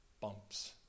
bumps